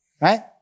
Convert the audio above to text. right